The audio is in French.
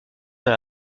dans